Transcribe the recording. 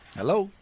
Hello